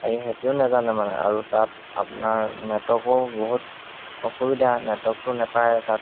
আৰু সিহঁতেও নেজানে মানে আৰু তাত আপোনাৰ নেটৱৰ্কো বহুত অসুবিধা নেটৱৰ্কটো নেপায় তাত